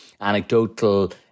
anecdotal